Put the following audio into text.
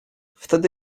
wtedy